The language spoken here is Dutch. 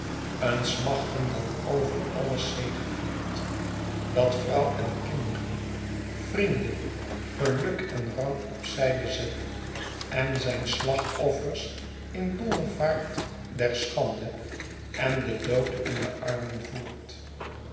een smachten dat over alles zegeviert dat vrouw en kinderen vrienden geluk en rang op zijde zet en zijn slachtoffers in dolle vaart der schande en den dood in de armen voert